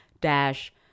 dash